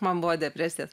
man buvo depresija